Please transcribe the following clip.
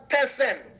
person